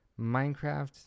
minecraft